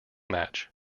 match